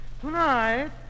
tonight